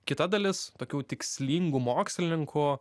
kita dalis tokių tikslingų mokslininkų